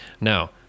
now